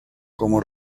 como